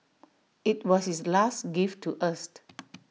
IT was his last gift to us